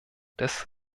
des